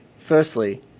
Firstly